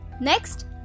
Next